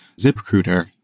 ZipRecruiter